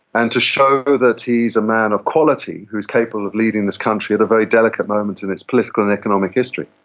and to show that he is a man of quality who is capable of leading this country at a very delicate moment in its political and economic history.